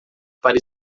para